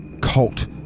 cult